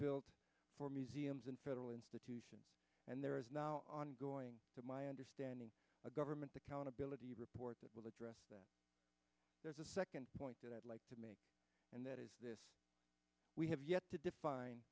built for museums and federal institution and there is now ongoing my understanding of government accountability report that will address there's a second point that i'd like to make and that is this we have yet to define